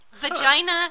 Vagina